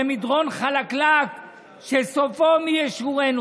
זה מדרון חלקלק שסופו מי ישורנו.